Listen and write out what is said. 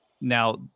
now